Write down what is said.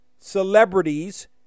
celebrities